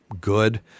good